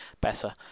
better